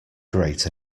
great